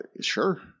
sure